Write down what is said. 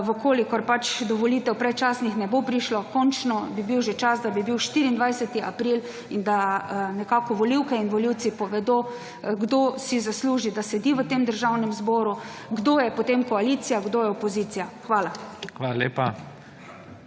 V kolikor pač do volitev predčasnih ne bo prišlo, končno bi bil že čas, da bi bil 24. april in da nekako volivke in volivci povedo, kdo si zasluži, da sedi v tem Državnem zboru, kdo je potem koalicija, kdo je opozicija. Hvala.